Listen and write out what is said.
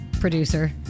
producer